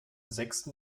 sechsten